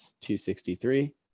263